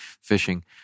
fishing